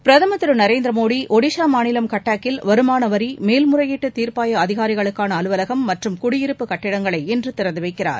பிரதமர் திரு நரேந்திர மோடி ஒடிசா மாநிலம் கட்டாக்கில் வருமான வரி மேல் முறையீட்டுத் தீர்ப்பாய அதிகாரிகளுக்கான அலுவலசம் மற்றும் குடியிருப்பு கட்டிடங்களை இன்று திறந்து வைக்கிறார்